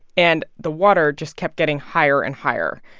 and the water just kept getting higher and higher,